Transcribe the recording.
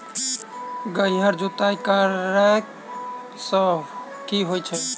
गहिर जुताई करैय सँ की होइ छै?